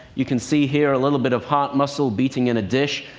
you can see here a little bit of heart muscle beating in a dish.